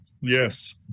Yes